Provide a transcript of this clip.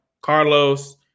Carlos